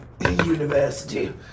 university